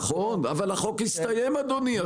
נכון, אבל החוק הסתיים, אדוני.